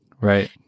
Right